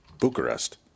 Bucharest